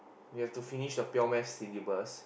we have to finish the pure math syllabus